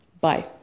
Bye